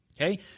Okay